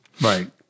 right